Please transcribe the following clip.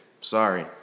Sorry